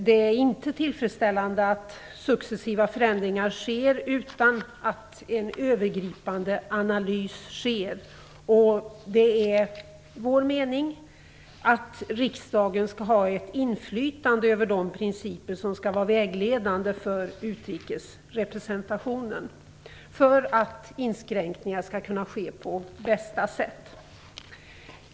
Det är inte tillfredsställande att successiva förändringar sker utan att en övergripande analys sker. Enligt vår mening bör riksdagen ha inflytande över de principer som skall vara vägledande för utrikesrepresentationen för att inskränkningar skall kunna ske på bästa sätt.